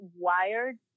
wired